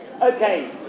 Okay